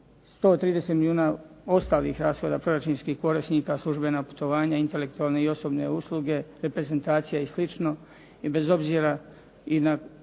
130 milijuna ostalih rashoda proračunskih korisnika, službena putovanja, intelektualne i osobne usluge, reprezentacija i